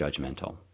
judgmental